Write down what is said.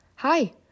Hi